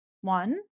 one